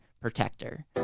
protector